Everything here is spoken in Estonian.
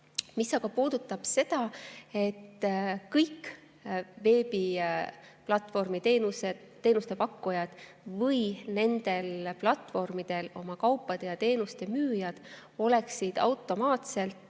Mis aga puudutab seda, et kõik veebiplatvormiteenuste pakkujad või nendel platvormidel oma kaupade ja teenuste müüjad oleksid automaatselt